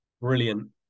brilliant